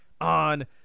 on